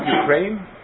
Ukraine